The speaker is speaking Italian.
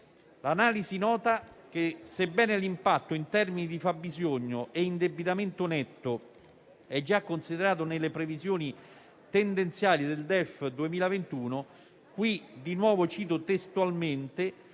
L'analisi nota che sebbene l'impatto in termini di fabbisogno e indebitamento netto, è già considerato nelle previsioni tendenziali del Documento di economia e finanza